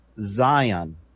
Zion